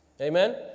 Amen